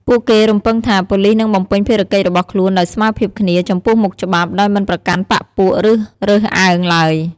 ពួកគេរំពឹងថា ប៉ូលីសនឹងបំពេញភារកិច្ចរបស់ខ្លួនដោយស្មើភាពគ្នា ចំពោះមុខច្បាប់ ដោយមិនប្រកាន់បក្សពួក ឬរើសអើងឡើយ។